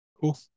Cool